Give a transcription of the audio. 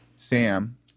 Sam